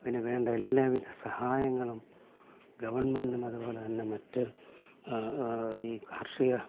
പിന്നെ വേണ്ട എല്ലാവിധ സഹായങ്ങളും ഗവൺമെൻ്റിനും അതുപോലെ തന്നെ മറ്റ് ഈ കാർഷിക